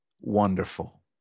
wonderful